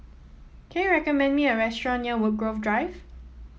can you recommend me a restaurant near Woodgrove Drive